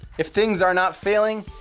if things are not failing,